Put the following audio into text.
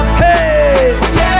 hey